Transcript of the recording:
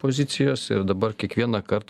pozicijos ir dabar kiekvienąkart